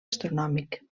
astronòmic